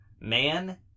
Man